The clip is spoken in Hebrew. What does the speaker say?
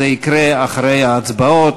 זה יקרה אחרי ההצבעות.